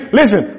listen